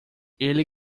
ele